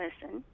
person